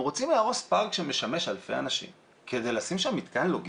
הם רוצים להרוס פארק שמשמש אלפי אנשים כדי לשים שם מתקן לוגיסטי.